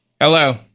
Hello